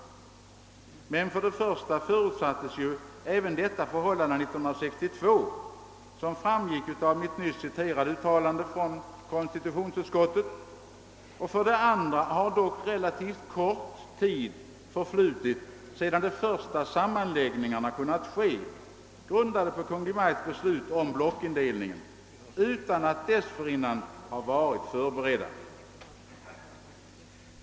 Men för det första förutsattes ju även detta förhållande 1962, så som framgick av det nyss citerade uttalandet av <:konstitutionsutskottet, och för det andra har relativt kort tid förflutit sedan de första sammanläggningarna, grundade på Kungl. Maj:ts beslut om blockindelningen, kunnat genomföras utan att dessförinnan ha varit förberedda.